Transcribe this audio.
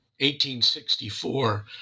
1864